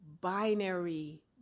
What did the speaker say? binary